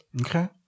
Okay